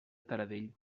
taradell